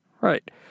Right